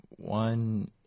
One